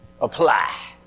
apply